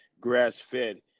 grass-fed